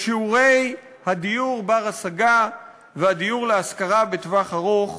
שיעורי הדיור הבר-השגה והדיור להשכרה לטווח ארוך